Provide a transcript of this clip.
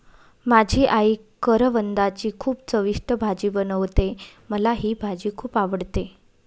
माझी आई करवंदाची खूप चविष्ट भाजी बनवते, मला ही भाजी खुप आवडते